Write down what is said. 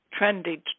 trendy